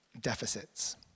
deficits